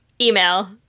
email